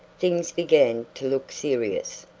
things began to look serious.